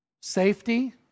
safety